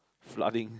flooding